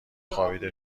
خوابیده